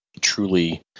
truly